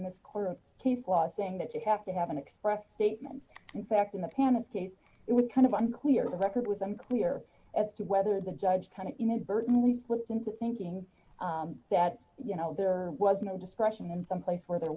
in the core of case law saying that you have to have an express statement in fact in the panic case it would kind of unclear the record was unclear as to whether the judge kind of inadvertently slipped into thinking that you know there was no discretion in some place where there